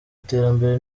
iterambere